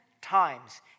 times